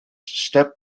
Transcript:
step